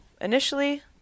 Initially